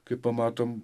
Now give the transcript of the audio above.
kai pamatom